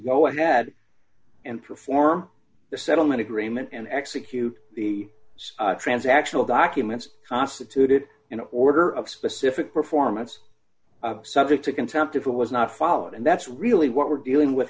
go ahead and perform the settlement agreement and execute the transactional documents constituted an order of specific performance subject to contempt if it was not followed and that's really what we're dealing with